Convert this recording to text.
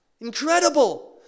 Incredible